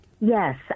Yes